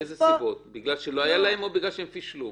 מאיזה סיבות בגלל שלא היה להם או בגלל שהם פישלו?